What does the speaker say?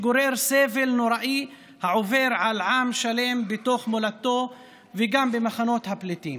שגורר סבל נוראי העובר על עם שלם בתוך מולדתו וגם במחנות הפליטים.